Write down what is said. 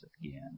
again